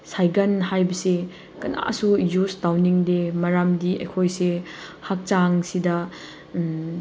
cycle ꯍꯥꯏꯕꯁꯦ ꯀꯅꯥꯁꯨ ꯌꯨꯁ ꯇꯧꯅꯤꯡꯗꯦ ꯃꯔꯃꯗꯤ ꯑꯩꯈꯣꯏꯁꯦ ꯍꯛꯆꯥꯡꯁꯤꯗ